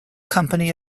company